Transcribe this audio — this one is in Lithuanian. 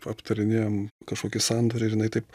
aptarinėjam kažkokį sandorį ir jinai taip